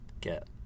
get